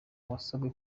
wasabwe